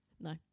No